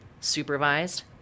supervised